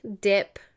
dip